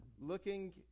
looking